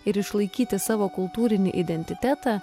ir išlaikyti savo kultūrinį identitetą